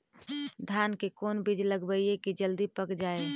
धान के कोन बिज लगईयै कि जल्दी पक जाए?